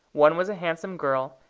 one was a handsome girl,